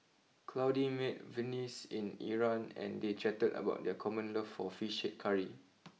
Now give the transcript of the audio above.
Claudie met Venice in Iran and they chatted about their common love for Fish Head Curry